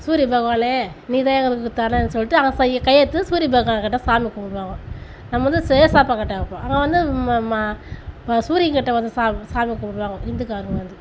சூரிய பகவானே நீதான் எங்களுக்கு துணைன்னு சொல்லிட்டு அவ சை கை எடுத்து சூரிய பகவான் கிட்டே சாமி கும்பிடுவாங்கோ நம்ம வந்து ஸ் ஏசப்பாக் கிட்டே வைப்போம் அவங்க வந்து ம ம ம சூரியன் கிட்டே வந்து சா சாமி கும்பிடுவாங்க ஹிந்துக்காரவங்கள் வந்து